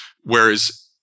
Whereas